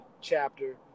chapter